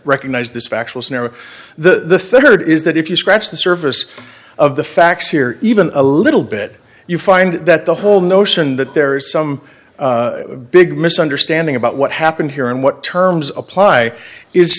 scenario the third is that if you scratch the surface of the facts here even a little bit you find that the whole notion that there is some big misunderstanding about what happened here and what terms apply is